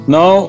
Now